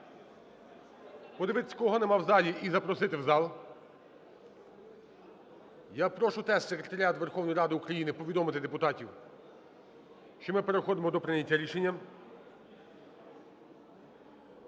подивитися, кого немає у залі. і запросити у зал. Я прошу теж секретаріат Верховної Ради України повідомити депутатів, що ми переходимо до прийняття рішення.